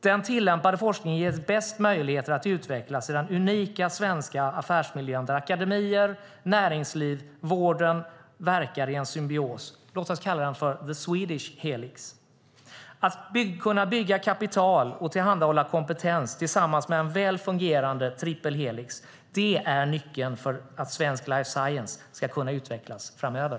Den tillämpade forskningen ges bäst möjligheter att utvecklas i den unika svenska affärsmiljön där akademier, näringsliv och vården verkar i en symbios - låt oss kalla den för the Swedish helix. Att kunna bygga kapital och tillhandahålla kompetens tillsammans med en väl fungerande triple helix är nyckeln för att svensk life science ska kunna utvecklas framöver.